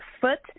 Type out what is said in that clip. foot